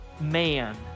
man